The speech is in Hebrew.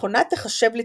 מכונה תיחשב לתבונית,